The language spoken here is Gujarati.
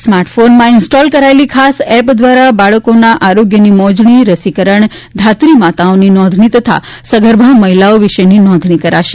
સ્માર્ટ ફોનમાં ઇન્સ્ટોલ કરાયેલી ખાસ એપ દ્વારા બાળકોના આરોગ્યની મોજણી રસીકરણ ધાત્રી માતાઓની નોંધણી તથા સગર્ભા મહિલાઓ વિશેની નોંધણી કરાશે